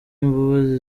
imbabazi